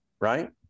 right